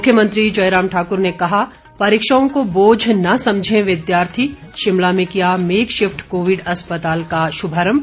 मुख्यमंत्री जयराम ठाक्र ने कहा परीक्षाओं को बोझ न समझे विद्यार्थी शिमला में किया मेकशिफ्ट कोविड अस्पताल का शुभारम्भ